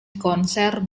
konser